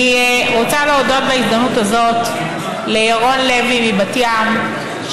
אני רוצה להודות בהזדמנות הזאת לירון לוי מבת ים,